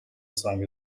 song